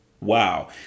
wow